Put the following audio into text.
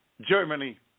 Germany